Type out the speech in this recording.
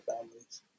families